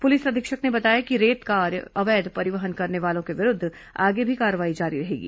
police अधीक्षक ने बताया कि रेत का अवैध परिवहन करने वाले के विरूद्व आगे भी कार्रवाई जारी रहेगी